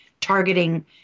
targeting